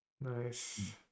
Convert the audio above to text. Nice